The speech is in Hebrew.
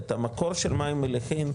את המקור של מחים מליחים,